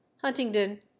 Huntingdon